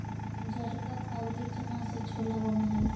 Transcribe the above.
उजरका काबली चना से छोला बन हई